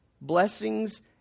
Blessings